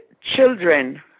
Children